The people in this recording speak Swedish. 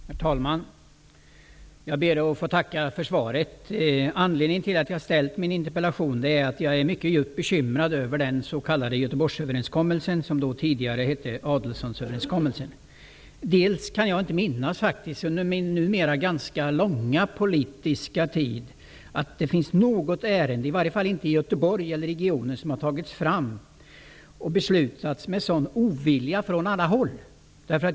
Herr talman! Jag ber att få tacka för svaret. Anledningen till att jag har ställt min interpellation är att jag är djupt bekymrad över den s.k. Adelsohnöverenskommelsen. Från min numera ganska långa tid som politiker kan jag inte minnas att det har funnits något ärende, i varje fall inte i Göteborg eller dess region, som har tagits fram och beslutats med sådan ovilja från alla håll.